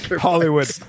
Hollywood